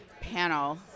panel